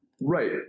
Right